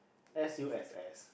s_u_s_s